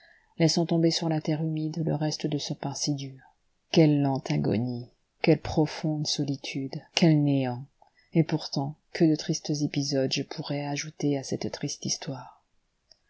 laissant tomber sur la terre humide le reste de ce pain si dur quelle lente agonie quelle profonde solitude quel néant et pourtant que de tristes épisodes je pourrais ajouter à cette triste histoire